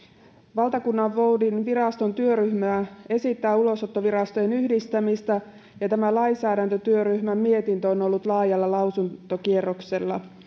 valtakunnanvoudinviraston työryhmä esittää ulosottovirastojen yhdistämistä ja tämä lainsäädäntötyöryhmän mietintö on on ollut laajalla lausuntokierroksella